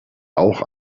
auch